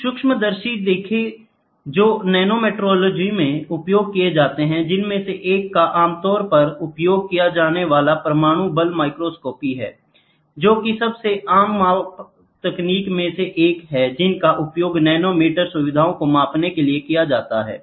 कुछ सूक्ष्मदर्शी देखें जो नैनोमेट्रोलॉजी में उपयोग किए जाते हैं जिनमें से एक का आमतौर पर उपयोग किया जाने वाला परमाणु बल माइक्रोस्कोपी है जोकि सबसे आम माप तकनीकों में से एक है जिनका उपयोग नैनोमीटर सुविधाओं को मापने के लिए किया जाता है